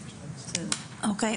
אוקיי.